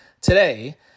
today